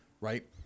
right